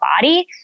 body